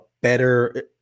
better